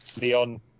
Leon